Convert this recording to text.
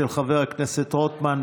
של חבר הכנסת רוטמן,